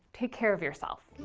take care of yourself.